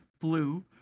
blue